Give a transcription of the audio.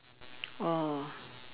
oh